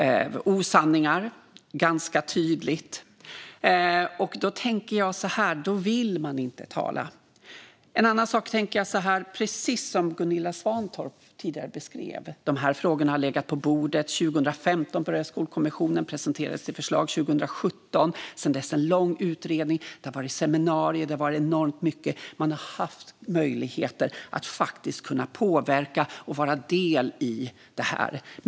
Det var ganska tydligt osanningar. Då tänker jag att man inte vill samtala. En annan sak jag tänker är att de här frågorna, vilket Gunilla Svantorp tidigare beskrev, har legat på bordet länge. Skolkommissionen började 2015 och presenterade sitt förslag 2017, och sedan dess har det varit en lång utredning. Det har varit seminarier och enormt mycket, och man har haft möjlighet att påverka och vara en del av detta.